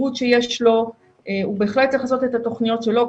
הוא בהחלט צריך לעשות את התכניות שלו.